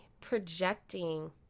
projecting